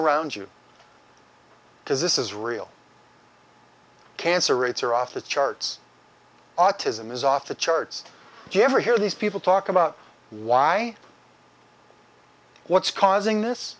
around you because this is real cancer rates are off the charts autism is off the charts you ever hear these people talk about why what's causing this